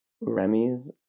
Remy's